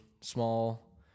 small